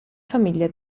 famiglia